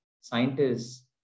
scientists